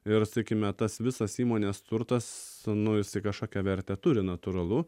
ir sakykime tas visas įmonės turtas nu jisai kažkokią vertę turi natūralu